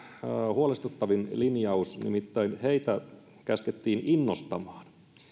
huolestuttavin linjaus nimittäin heitä käskettiin innostamaan